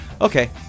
Okay